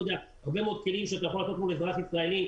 הרבה מאוד כלים שאתה יכול להפעיל מול אזרח ישראלי,